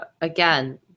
again